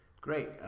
Great